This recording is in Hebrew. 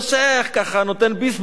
ככה נותן ביס בבשר,